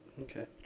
Okay